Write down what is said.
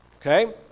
Okay